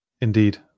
indeed